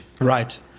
right